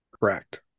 Correct